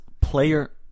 player